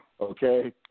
okay